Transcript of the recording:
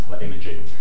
imaging